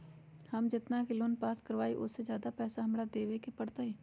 हम जितना के लोन पास कर बाबई ओ से ज्यादा पैसा हमरा देवे के पड़तई?